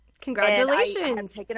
congratulations